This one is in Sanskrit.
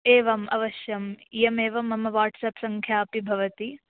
एवम् अवश्यम् इयमेव मम वट्साप् सङ्ख्या अपि भवति